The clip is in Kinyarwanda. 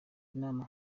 inama